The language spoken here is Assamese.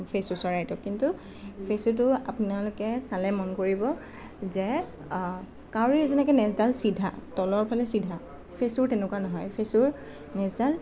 ফেচু চৰাইটো কিন্তু ফেচুটো আপোনালোকে চালে মন কৰিব যে কাউৰীৰ যেনেকৈ নেজডাল চিধা তলৰ ফালে চিধা ফেচুৰ তেনেকুৱা নহয় ফেচুৰ নেজডাল